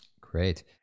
Great